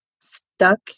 stuck